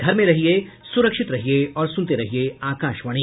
घर में रहिये सुरक्षित रहिये और सुनते रहिये आकाशवाणी